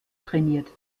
trainiert